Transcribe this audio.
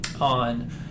on